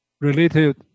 related